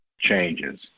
changes